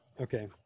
Okay